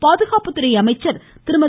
பாதுகாப்புத்துறை அமைச்சர் திருமதி